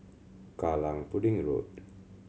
Kallang Pudding Road